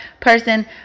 person